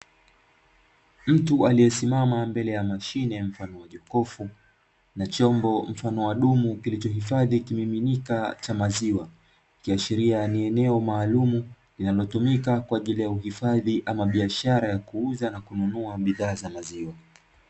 Mtu aliyesimma mbele ya mashine mfano wa jokofu na chombo mfano wa dumu, kilichohifadhi kimiminika cha maziwa, ikiashiria ni eneo maalumu linalotumika kwa ajili ya hifadhi ama biashara ya kuuza na kununua bidhaa za maziwa.